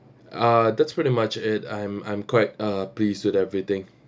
uh that's pretty much it I'm I'm quite uh pleased with everything